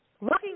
Looking